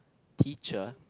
teacher